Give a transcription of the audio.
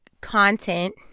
content